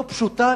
לא פשוטה.